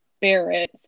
Barrett